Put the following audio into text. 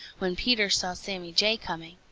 when peter saw sammy jay coming.